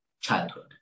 childhood